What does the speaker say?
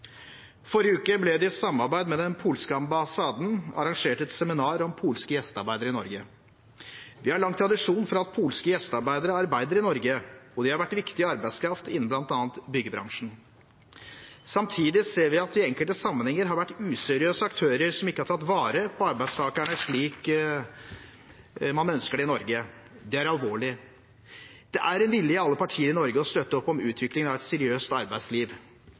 Forrige uke ble det, i samarbeid med den polske ambassaden, arrangert et seminar om polske gjestearbeidere i Norge. Vi har lang tradisjon for at polske gjestearbeidere arbeider i Norge, og de har vært en viktig arbeidskraft innenfor bl.a. byggebransjen. Samtidig ser vi at det i enkelte sammenhenger har vært useriøse aktører som ikke har tatt vare på arbeidstakerne, slik man ønsker det i Norge. Det er alvorlig. Det er en vilje i alle partier i Norge til å støtte opp om utviklingen av et seriøst arbeidsliv.